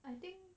I think